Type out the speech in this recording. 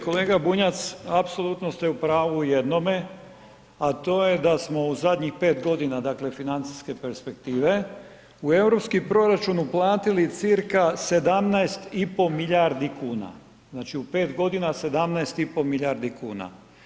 Kolega Bunjac apsolutno ste u pravu u jednome, a to je da smo u zadnjih 5 godina dakle financijske perspektive u europski proračun uplatili cca 17,5 milijardi kuna, znači u 5 godina 17,5 milijardi kuna.